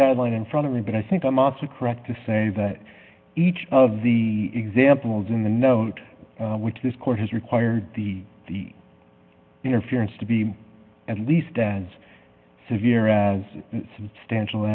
don't like in front of me but i think i'm up to correct to say that each of the examples in the note which this court has required the the interference to be at least as severe as substantial